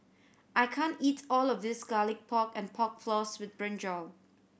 I can't eat all of this Garlic Pork and Pork Floss with brinjal